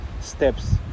steps